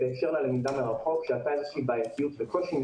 זו הזדמנות לטפח מיומנויות של ביטחון עצמי.